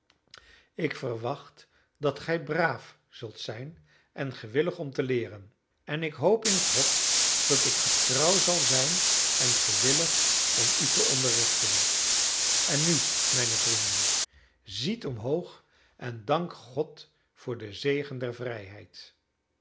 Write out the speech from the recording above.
ik verwacht dat gij braaf zult zijn en gewillig om te leeren en ik hoop in god dat ik getrouw zal zijn en gewillig om u te onderrichten en nu mijne vrienden ziet omhoog en dank god voor den zegen der vrijheid